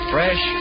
Fresh